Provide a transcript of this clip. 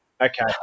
Okay